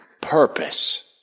Purpose